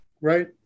right